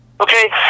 okay